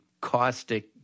caustic